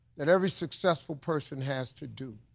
that every successful person has to do,